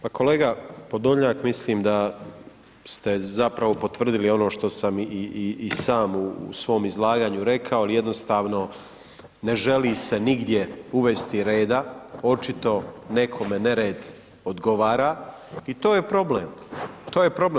Pa kolega Podolnjak mislim da ste zapravo potvrdili ono što sam i sam u svom izlaganju rekao jel jednostavno ne želi se nigdje uvesti reda, očito nekome nered odgovara i to je problem, to je problem.